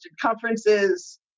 conferences